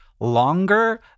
longer